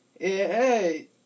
hey